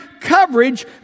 coverage